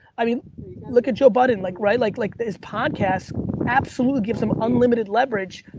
i mean look at joe button, like right? like like his podcast absolutely gives him unlimited leverage,